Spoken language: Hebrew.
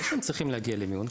זה לא שהם צריכים להגיע למיון,